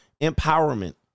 empowerment